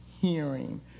hearing